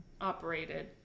operated